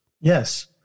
yes